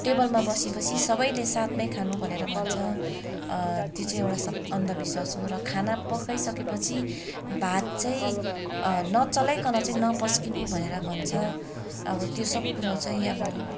टेबलमा बसी बसी सबैले साथमै खानु भनेर भन्छ त्यो चाहिँ एउटा सब अन्धविश्वास हो र खाना पकाइसकेपछि भात चाहिँ नचलाईकन चाहिँ नपस्किनु भनेर भन्छ अब त्यो सब कुरो चाहिँ अब